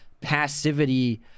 passivity